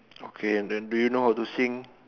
okay and then do you know how to sing